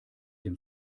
dem